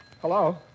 Hello